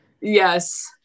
yes